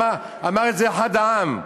אמר את זה אחד העם.